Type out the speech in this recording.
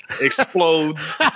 Explodes